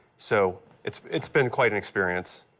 so it's it's been quite an experience.